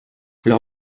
leur